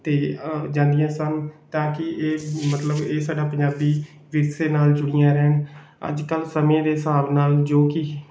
ਅਤੇ ਜਾਂਦੀਆਂ ਸਨ ਤਾਂ ਕਿ ਇਹ ਮਤਲਬ ਇਹ ਸਾਡਾ ਪੰਜਾਬੀ ਵਿਰਸੇ ਨਾਲ ਜੁੜੀਆਂ ਰਹਿਣ ਅੱਜ ਕੱਲ੍ਹ ਸਮੇਂ ਦੇ ਹਿਸਾਬ ਨਾਲ ਜੋ ਕਿ